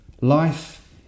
Life